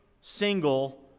single